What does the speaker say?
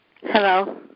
Hello